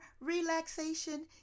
relaxation